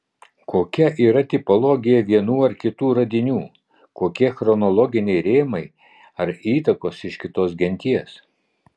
kokia yra tipologija vienų ar kitų radinių kokie chronologiniai rėmai ar įtakos iš kitos genties